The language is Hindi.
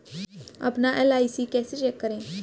अपना एल.आई.सी कैसे चेक करें?